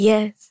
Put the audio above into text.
Yes